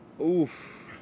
Oof